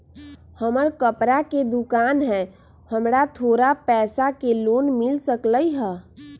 हमर कपड़ा के दुकान है हमरा थोड़ा पैसा के लोन मिल सकलई ह?